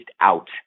out